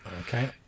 Okay